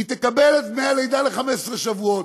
היא תקבל את דמי הלידה ל-15 שבועות.